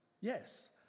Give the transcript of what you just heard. Yes